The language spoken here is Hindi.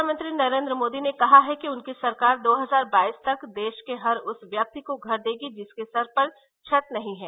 प्रधानमंत्री नरेन्द्र मोदी ने कहा है कि उनकी सरकार दो हजार बाईस तक देश के हर उस व्यक्ति को घर देगी जिसके सर पर छत नहीं है